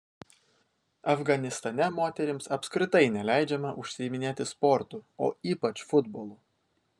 afganistane moterims apskritai neleidžiama užsiiminėti sportu o ypač futbolu